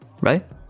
right